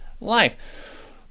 life